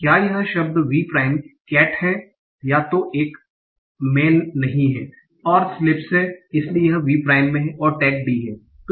क्या यह शब्द v प्राइम केट है या तो एक मेन नहीं है और sleeps है इसलिए यह v प्राइम में है और टैग d है